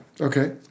Okay